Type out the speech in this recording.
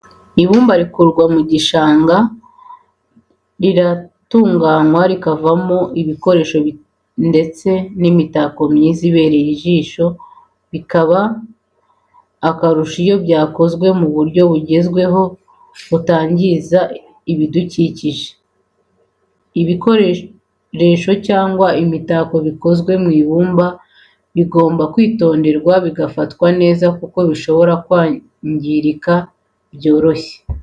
Ibumba rikurwa mu gishanga riratunganywa rikavamo ibikoresho ndetse n'imitako myiza ibereye ijisho bikaba akarusho iyo byakozwe mu buryo bugezweho butangiza ibidukikije. ibikoresho cyangwa se imitako bikozwe mu ibumba bigomba kwitonderwa bigafatwa neza kuko bishobora kwangirika byoroshye.